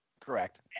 Correct